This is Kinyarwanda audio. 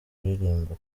kuririmba